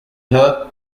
her